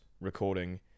recording